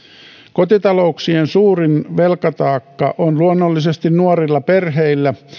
kotitalouksien suurin velkataakka on luonnollisesti nuorilla perheillä